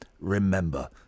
remember